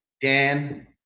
Dan –